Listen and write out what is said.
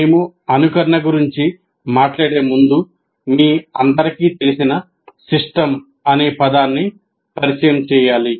మేము అనుకరణ గురించి మాట్లాడే ముందు మీ అందరికీ తెలిసిన 'సిస్టమ్' అనే పదాన్ని పరిచయం చేయాలి